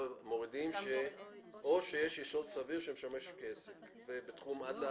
עד לפסיק.